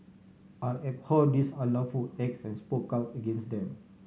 I abhor these unlawful acts and spoke out against them